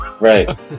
Right